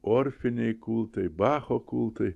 orfiniai kultai bacho kultai